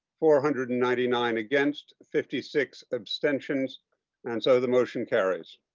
four hundred and ninety nine against. fifty six abstentions and so the motion carries.